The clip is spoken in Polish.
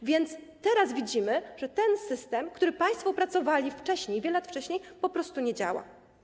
A więc teraz widzimy, że ten system, który państwo opracowali wiele lat wcześniej, po prostu nie działa.